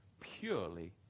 purely